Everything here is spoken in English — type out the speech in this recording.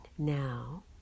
Now